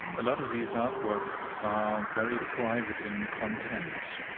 a lot of these artworks are very private in content.